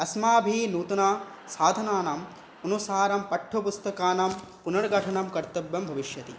अस्माभिः नूतनसाधनानाम् अनुसारं पाट्यपुस्तकानां पुनर्गठनं कर्तव्यं भविष्यति